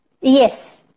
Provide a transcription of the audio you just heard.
Yes